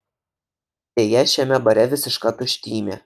deja šiame bare visiška tuštymė